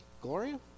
Gloria